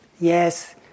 yes